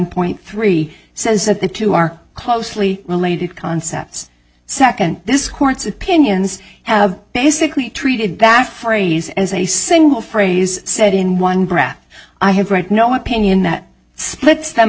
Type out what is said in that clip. point three says that the two are closely related concepts second this court's opinions have basically treated that phrase as a single phrase said in one breath i have read no opinion that splits them